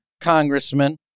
congressman